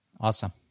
Awesome